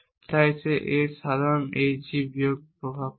তাই সে A এর সাধারণ hg বিয়োগ প্রভাব পায়